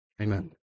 Amen